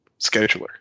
scheduler